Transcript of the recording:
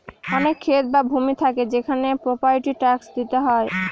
অনেক ক্ষেত বা ভূমি থাকে সেখানে প্রপার্টি ট্যাক্স দিতে হয়